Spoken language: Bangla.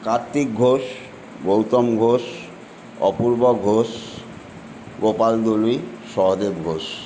কার্ত্তিক ঘোষ গৌতম ঘোষ অপূর্ব ঘোষ গোপাল দলুই সহদেব ঘোষ